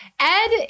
Ed